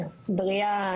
בריאה,